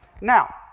Now